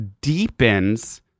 deepens